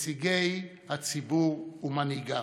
נציגי הציבור ומנהיגיו.